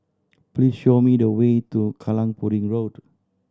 please show me the way to Kallang Pudding Road